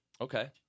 Okay